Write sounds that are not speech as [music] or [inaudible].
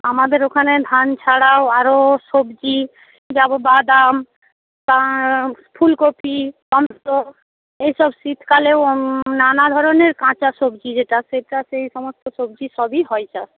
আমাদের ওখানে ধান ছাড়াও আরও সবজি যেমন বাদাম ফুলকপি [unintelligible] এইসব শীতকালেও নানা ধরনের কাঁচা সবজি যেটা সেটা সেই সমস্ত সবজি সবই হয় চাষ